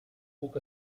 puc